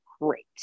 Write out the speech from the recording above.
great